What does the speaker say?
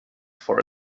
for